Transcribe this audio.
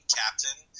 captain